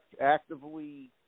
actively